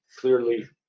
clearly